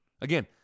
Again